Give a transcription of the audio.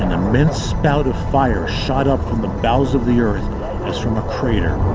immense spout of fire shot up from the bowels of the earth, as from a crater.